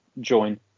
join